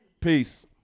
Peace